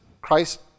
Christ